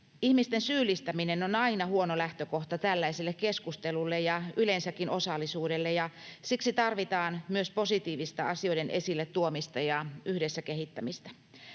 Ihmisten syyllistäminen on aina huono lähtökohta tällaiselle keskustelulle ja yleensäkin osallisuudelle, ja siksi tarvitaan myös positiivista asioiden esille tuomista ja yhdessä kehittämistä